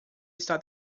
está